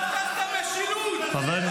בר-כוזיבא,